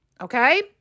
Okay